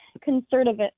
conservative